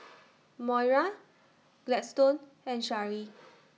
Moira Gladstone and Shari